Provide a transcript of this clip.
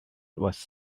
was